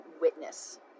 witness